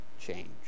change